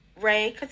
ray